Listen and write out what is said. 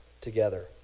together